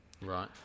Right